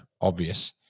obvious